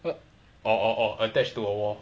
but orh orh orh attached to a wall